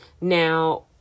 Now